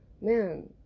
man